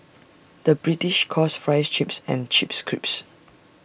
the British calls Fries Chips and Chips Crisps